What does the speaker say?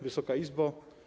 Wysoka Izbo!